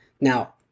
Now